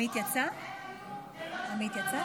--- חבריי חברי הכנסת,